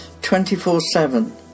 24-7